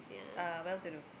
uh well to do